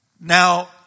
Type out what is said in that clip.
Now